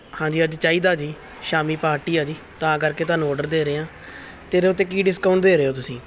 ਹਾਂਜੀ ਅੱਜ ਚਾਹੀਦਾ ਜੀ ਸ਼ਾਮੀ ਪਾਰਟੀ ਆ ਜੀ ਤਾਂ ਕਰਕੇ ਤੁਹਾਨੂੰ ਔਡਰ ਦੇ ਰਿਹਾ ਅਤੇ ਇਹਦੇ ਉੱਤੇ ਕੀ ਡਿਸਕਾਊਂਟ ਦੇ ਰਹੇ ਹੋ ਤੁਸੀਂ